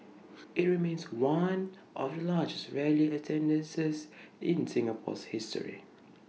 IT remains one of the largest rally attendances in Singapore's history